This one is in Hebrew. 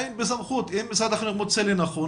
אם משרד החינוך מוצא לנכון,